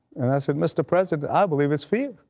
and i said, mr. president, i believe it is fear.